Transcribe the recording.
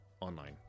online